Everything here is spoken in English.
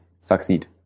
Succeed